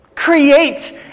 Create